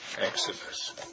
Exodus